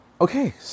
Okay